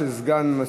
מי